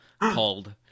called